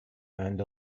earned